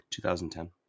2010